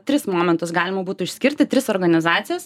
tris momentus galima būtų išskirti tris organizacijas